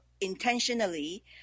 intentionally